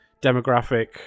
demographic